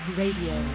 radio